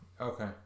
Okay